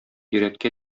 йөрәккә